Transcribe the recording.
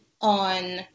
on